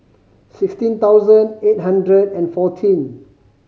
sixteen thousand eight hundred and fourteen